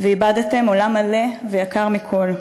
ואיבדתם עולם מלא ויקר מכול.